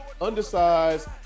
undersized